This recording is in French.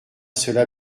cela